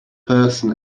person